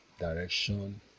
direction